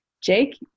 Jake